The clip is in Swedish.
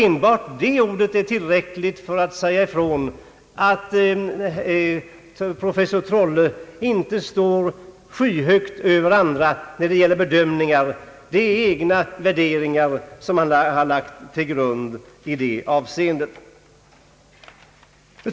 Enbart ordet subjektiva är tillräckligt för att säga ifrån att professor af Trolle inte står skyhögt över andra när det gäller bedömningar. Det är hans egna värderingar som har lagts till grund i det avseendet.